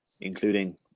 including